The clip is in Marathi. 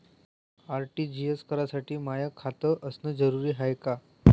आर.टी.जी.एस करासाठी माय खात असनं जरुरीच हाय का?